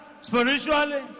spiritually